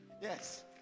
Yes